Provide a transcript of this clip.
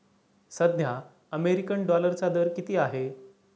सध्या अमेरिकन डॉलरचा दर किती आहे?